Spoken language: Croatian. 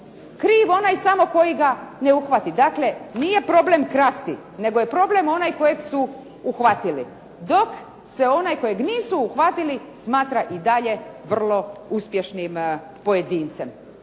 kriv samo onaj koji ga ne uhvati, dakle nije problem krasti nego je problem onaj kojeg su uhvatili, dok se onaj kojeg nisu uhvatili smatra i dalje uspješnim pojedincem,